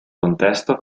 contesto